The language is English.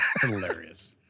Hilarious